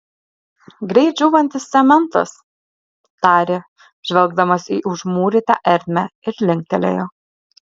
greit džiūvantis cementas tarė žvelgdamas į užmūrytą ertmę ir linktelėjo